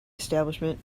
establishment